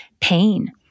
pain